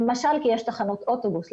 כי למשל יש תחנות אוטובוס.